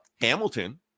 hamilton